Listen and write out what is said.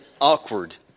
awkward